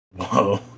whoa